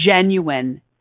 genuine